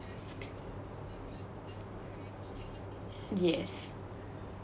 yes